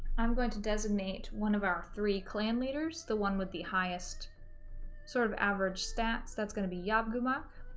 i'm going to designate one of our three clan leaders the one with the highest sort of average stats that's gonna be yob kumuk